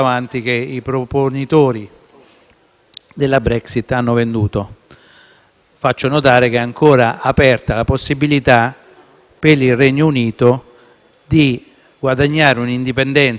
della Brexit hanno venduto. Faccio notare che è ancora aperta la possibilità per il Regno Unito di guadagnare un'indipendenza nella politica commerciale,